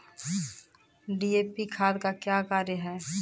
DAP खाद का क्या कार्य हैं?